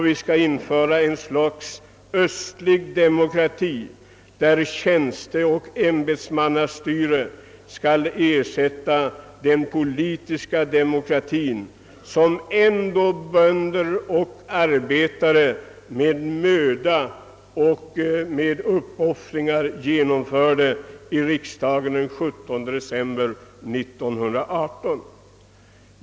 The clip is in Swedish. Vi skall införa ett slags östlig demokrati, där tjänsteoch ämbetsmannastyre skall ersätta den politiska demokratien, som bönder och arbetare med möda och uppoffringar genomförde i riksdagen den 17 december 1918.